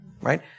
Right